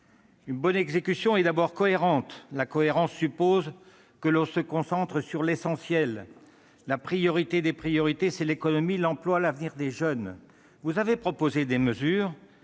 Une bonne exécution est tout d'abord cohérente. La cohérence suppose que l'on se concentre sur l'essentiel : la priorité des priorités, c'est l'économie, l'emploi, l'avenir des jeunes. Vous avez proposé des mesures